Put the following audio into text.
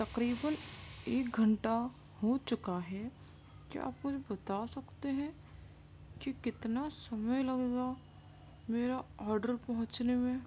تقریباََ ایک گھنٹہ ہو چکا ہے کیا آپ مجھے بتا سکتے ہیں کہ کتنا سمے لگے گا میرا آڈر پہنچنے میں